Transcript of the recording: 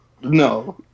No